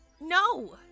No